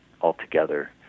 altogether